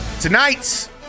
tonight